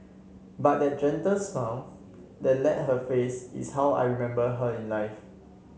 but that gentle smile that let her face is how I remember her in life